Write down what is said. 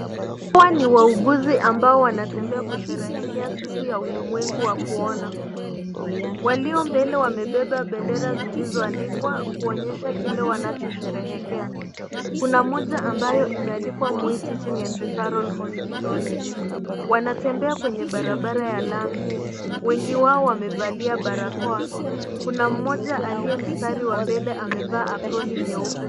Hawa ni wauguzi ambao wanatembea kusherehekea siku ya ulimwengu wa kuona. Walio mbele, wamebeba bendera zilizoandikwa kuonyesha kile wanachosherehekea. Kuna moja ambayo imeandikwa Moi Teaching and Referral Hospital. Wanatembea kwenye barabara ya lami. Wengi wao wamevalia barakoa, kuna mmoja aliye mstari wa mbele amevaa aproni nyeupe.